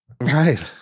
right